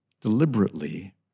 Deliberately